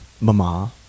mama